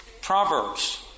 Proverbs